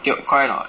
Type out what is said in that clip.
tio correct or not